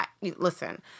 Listen